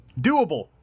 doable